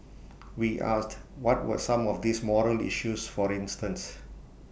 we asked what were some of these morale issues for instance